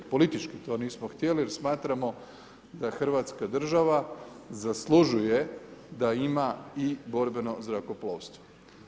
Politički to nismo htjeli jer smatramo da Hrvatska država zaslužuje da ima i borbeno zrakoplovstvo.